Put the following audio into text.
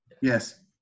Yes